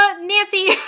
Nancy